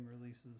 releases